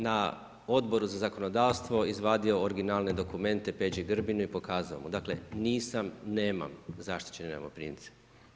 Na Odboru za zakonodavstvo sam izvadio originalne dokumente Peđi Grbinu i pokazao mu, dakle, nisam, nemam zaštićene najmoprimce.